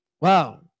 Wow